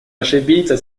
ошибиться